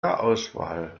auswahl